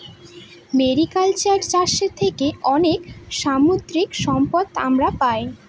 mariculture চাষের থেকে অনেক সামুদ্রিক সম্পদ আমরা পাই